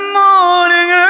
morning